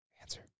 Answer